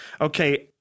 Okay